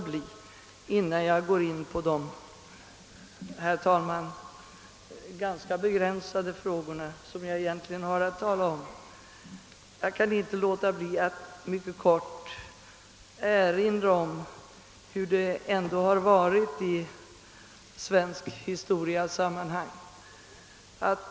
Innan jag går in på de ganska begränsade frågor som jag egentligen här skall tala om kan jag inte underlåta att mycket kort erinra om hur det varit i den svenska historien.